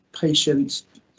patients